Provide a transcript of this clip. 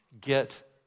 get